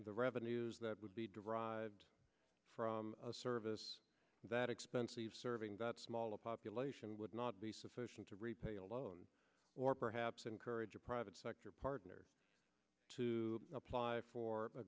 the revenues that would be derived from a service that expensive serving that small a population would not be sufficient to repay a loan or perhaps encourage a private sector partner to apply for a